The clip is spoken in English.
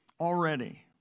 already